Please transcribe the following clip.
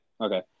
Okay